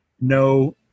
No